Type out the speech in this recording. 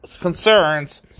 concerns